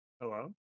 Hello